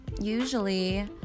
usually